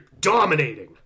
dominating